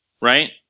right